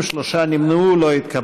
שלי יחימוביץ,